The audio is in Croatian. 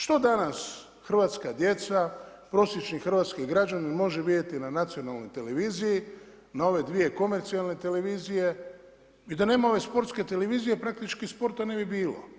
Što danas, hrvatska djeca, prosječni hrvatski građanin može vidjeti na nacionalnoj televiziji, na ove dvije komercijalne televizije i da nema ove Sportske televizije, praktički sporta ne bi bilo.